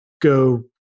go